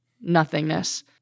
nothingness